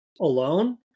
alone